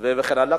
וכן הלאה.